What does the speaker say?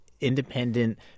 independent